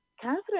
Catherine